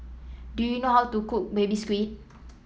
do you know how to cook Baby Squid